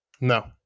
no